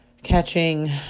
catching